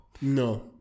No